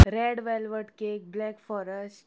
red velvet cake black forest